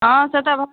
हँ से तऽ